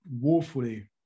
woefully